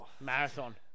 Marathon